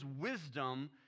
wisdom